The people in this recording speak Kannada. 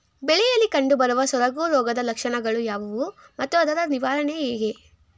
ಬೆಳೆಯಲ್ಲಿ ಕಂಡುಬರುವ ಸೊರಗು ರೋಗದ ಲಕ್ಷಣಗಳು ಯಾವುವು ಮತ್ತು ಅದರ ನಿವಾರಣೆ ಹೇಗೆ?